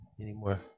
anymore